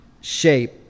shape